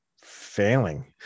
failing